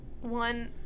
One